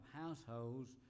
households